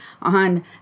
on